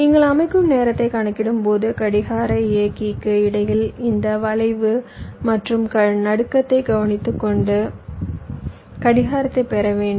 நீங்கள் அமைக்கும் நேரத்தைக் கணக்கிடும்போது கடிகார இயக்கிக்கு இடையில் இந்த வளைவு மற்றும் நடுக்கத்தை கவனித்துக்கொண்டு கடிகாரத்தைப் பெற வேண்டும்